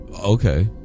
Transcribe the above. okay